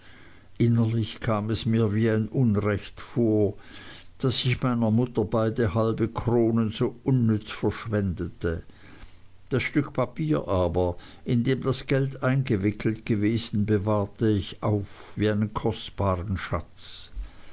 innerlich kam es mir wie ein unrecht vor daß ich meiner mutter beide halbe kronen so unnütz verschwendete das stück papier aber in dem das geld eingewickelt gewesen bewahrte ich auf wie einen kostbaren schatz